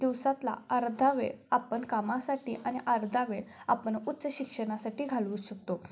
दिवसातला अर्धा वेळ आपण कामासाठी आणि अर्धा वेळ आपण उच्च शिक्षणासाठी घालवू शकतो